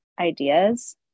ideas